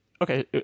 Okay